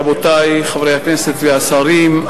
רבותי חברי הכנסת והשרים,